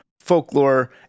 Folklore